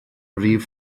rif